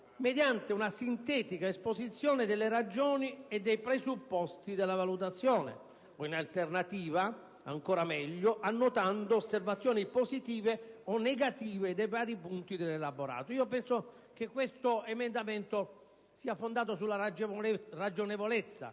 «mediante una sintetica esposizione delle ragioni e dei presupposti della valutazione o, in alternativa,» - ancora meglio - «annotando osservazioni positive o negative nei vari punti dell'elaborato». Penso che questo emendamento sia fondato sulla ragionevolezza